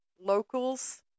locals